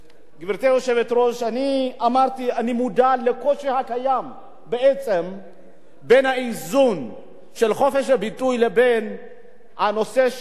אני מודע לקושי הקיים באיזון בין חופש הביטוי לבין הסתה לגזענות.